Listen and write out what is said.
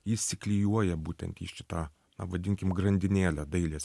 įsiklijuoja būtent į šitą na vadinkim grandinėlę dailės